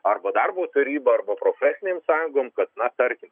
arba darbo taryba arba profesinėm sąjungom kad na tarkim